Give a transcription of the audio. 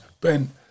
Ben